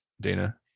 Dana